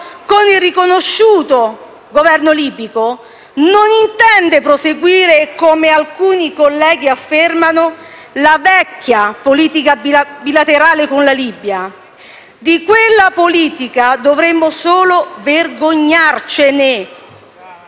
riconosciuto Governo libico non intende proseguire, come alcuni colleghi affermano, la vecchia politica bilaterale con la Libia. Di quella politica dovremmo solo vergognarci. Solo